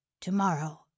Tomorrow